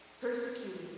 persecuted